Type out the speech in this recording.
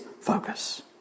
focus